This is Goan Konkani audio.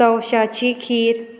तवशाची खीर